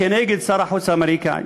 על שר החוץ האמריקני.